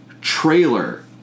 trailer